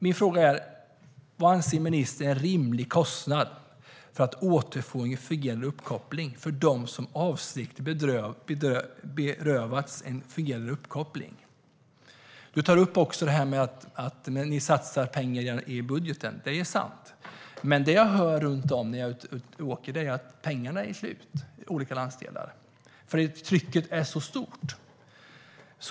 Min fråga är: Vad anser ministern är en rimlig kostnad för att återfå en fungerande uppkoppling, för dem som avsiktligt berövats en fungerande uppkoppling? Du tar upp att ni satsar pengar i budgeten. Det är sant. Men det jag hör när jag är ute och åker är att pengarna är slut i olika landsdelar, för trycket är så stort.